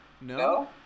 No